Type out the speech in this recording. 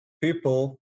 people